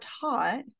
taught